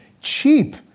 cheap